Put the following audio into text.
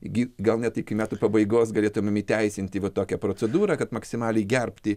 gi gal net iki metų pabaigos galėtumėm įteisinti va tokią procedūrą kad maksimaliai gerbti